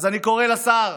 אז אני קורא לשר,